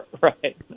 Right